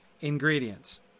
ingredients